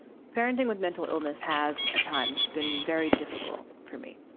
parenting with mental illness has at times been very difficult for me.